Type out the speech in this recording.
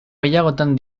gehiagotan